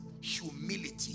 humility